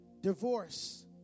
divorce